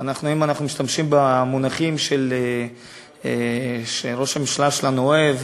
אם אנחנו משתמשים במונחים שראש הממשלה שלנו אוהב,